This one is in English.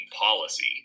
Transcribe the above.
policy